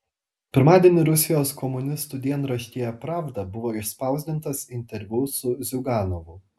pirmadienį rusijos komunistų dienraštyje pravda buvo išspausdintas interviu su ziuganovu